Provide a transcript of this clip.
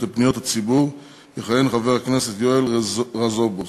לפניות הציבור יכהן חבר הכנסת יואל רזבוזוב.